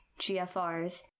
GFRs